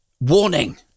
Warning